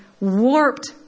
warped